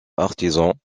artisans